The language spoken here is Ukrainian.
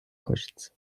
хочеться